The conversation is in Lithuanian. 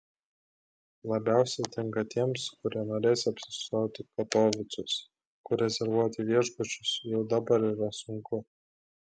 labiausia tinka tiems kurie norės apsistoti katovicuose kur rezervuoti viešbučius jau dabar yra sunku